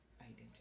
identity